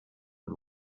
und